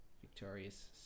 Victorious